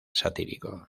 satírico